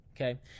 Okay